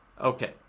okay